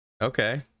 okay